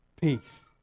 peace